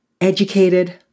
Educated